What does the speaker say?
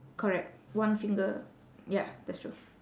correct one finger ya that's true